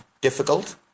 difficult